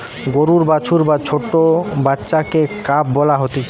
গরুর বাছুর বা ছোট্ট বাচ্চাকে কাফ বলা হতিছে